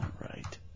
right